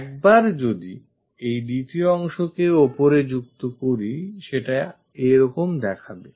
একবার যদি আমরা এই দ্বিতীয় অংশকে ওপরে যুক্ত করি সেটা এরকম দেখাবে